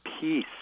peace